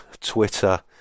Twitter